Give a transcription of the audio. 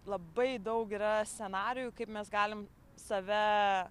labai daug yra scenarijų kaip mes galim save